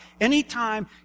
Anytime